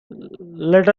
let